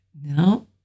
No